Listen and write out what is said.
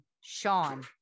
Sean